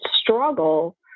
struggle